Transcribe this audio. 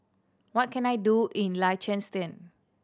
what can I do in Liechtenstein